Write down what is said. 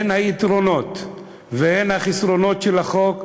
הן היתרונות והן החסרונות של החוק,